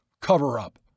cover-up